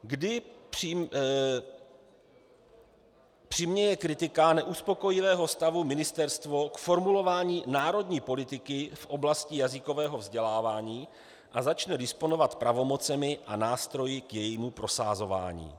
Kdy přiměje kritika neuspokojivého stavu ministerstvo k formulování Národní politiky v oblasti jazykového vzdělávání a začne disponovat pravomocemi a nástroji k jejímu prosazování?